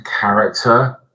character